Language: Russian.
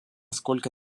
сколько